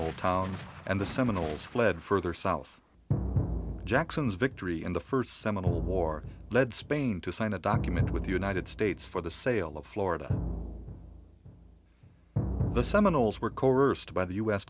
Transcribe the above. old town and the seminoles fled further south jackson's victory in the first seminal war led spain to sign a document with the united states for the sale of florida the seminoles were coerced by the u